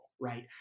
Right